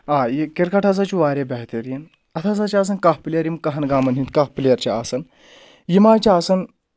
آ یہِ کِرکَٹ ہَسا چھُ واریاہ بہتریٖن اَتھ ہسا چھِ آسان کاہ پٕلیر یِم کہن گامَن ہٕنٛدۍ کاہ پٕلیر چھِ آسان یِم حظ چھِ آسان